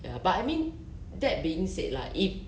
ya but I mean that being said lah if